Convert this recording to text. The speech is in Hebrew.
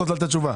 לשאלתך.